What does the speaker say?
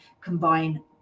combine